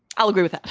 i'll agree with.